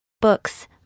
Books